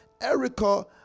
Erica